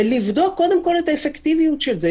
ולבדוק קודם כל את האפקטיביות של זה.